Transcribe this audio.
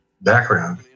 background